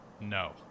No